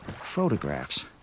photographs